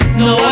no